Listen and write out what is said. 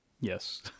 Yes